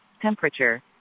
Temperature